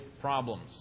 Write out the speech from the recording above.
problems